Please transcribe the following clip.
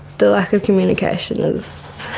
the lack of communication is,